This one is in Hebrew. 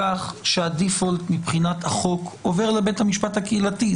כך שהדיפולט מבחינת החוק עובר לבית המשפט הקהילתי.